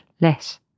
less